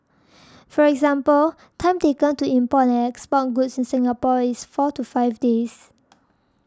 for example time taken to import and export goods in Singapore is four to five days